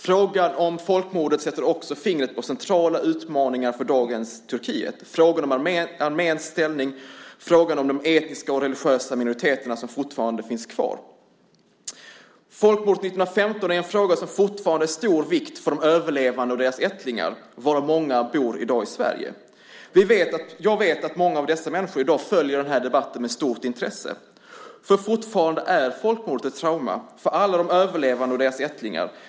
Frågan om folkmordet sätter också fingret på centrala utmaningar för dagens Turkiet, som frågan om Armeniens ställning och frågan om de etniska och religiösa minoriteter som fortfarande finns kvar. Folkmordet 1915 är en fråga som fortfarande är av stor vikt för de överlevande och deras ättlingar, varav många i dag bor i Sverige. Jag vet att många av dessa människor i dag följer den här debatten med stort intresse, för fortfarande är folkmordet ett trauma för alla de överlevande och deras ättlingar.